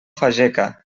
fageca